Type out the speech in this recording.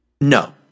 No